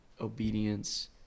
obedience